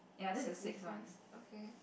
sixth difference okay